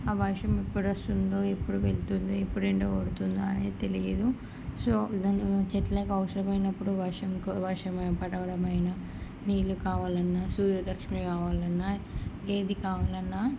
ఆ వర్షం ఎప్పుడు వస్తుందో ఎప్పుడు వెళ్తుంది ఎప్పుడు ఎండ కొడుతుందో అనేది తెలియదు సో దానికి చెట్లకి అవసరమైనప్పుడు వర్షంకు వర్షం పడడమైనా నీళ్ళు కావాలన్నా సూర్యరశ్మి కావాలి అన్నా ఏది కావాలి అన్నా